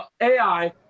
AI